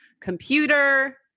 computer